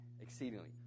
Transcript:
exceedingly